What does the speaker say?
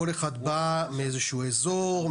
כל אחד בא מאיזשהו אזור,